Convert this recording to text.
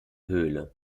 höhle